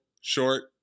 short